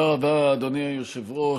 תודה רבה, אדוני היושב-ראש.